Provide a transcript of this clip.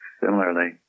similarly